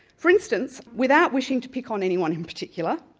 for instance, without wishing to pick on anyone in particular,